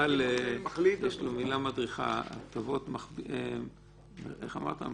יש לו מילה מדריכה, איך אמרת?